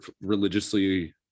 religiously